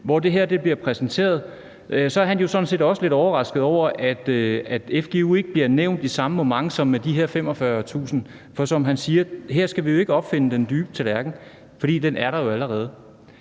hvor det her bliver præsenteret, at han sådan set også er lidt overrasket over, at fgu ikke bliver nævnt i samme moment som de her 45.000. For som han siger: Her skal vi ikke opfinde den dybe tallerken, for den er der jo allerede.